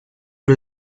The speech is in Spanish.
por